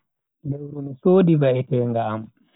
Lewru mi sodi va'etenga am.